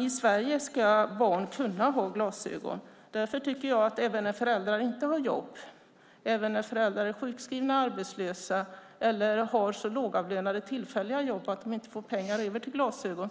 I Sverige ska barn kunna ha glasögon. Därför tycker jag att barn ska ha rätt att kunna se världen klart även när föräldrarna inte har jobb, är sjukskrivna och arbetslösa eller har så lågavlönade tillfälliga jobb att de inte får pengar över till glasögon.